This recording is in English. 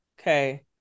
Okay